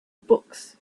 books